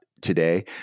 today